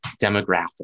demographic